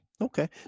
Okay